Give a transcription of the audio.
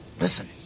Listen